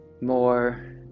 more